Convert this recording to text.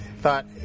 thought